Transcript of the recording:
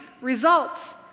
results